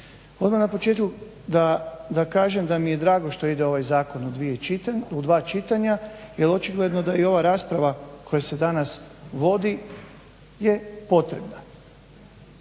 Odmah na početku da kažem da mi je drago što ide ovaj zakon u dva čitanja, jer očigledno da i ova rasprava koja se danas vodi je potrebna.